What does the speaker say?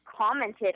commented